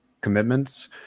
commitments